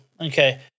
Okay